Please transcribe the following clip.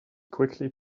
quickly